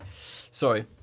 sorry